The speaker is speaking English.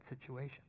situation